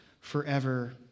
forever